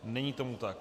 Není tomu tak.